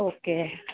okay